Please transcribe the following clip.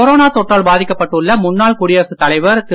corona தொற்றால் பாதிக்கப்பட்டுள்ள முன்னாள் குடியரசுத் தலைவர் திரு